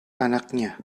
anaknya